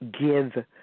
give